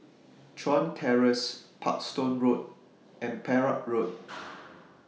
Chuan Terrace Parkstone Road and Perak Road